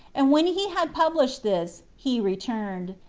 and when he had published this, he returned.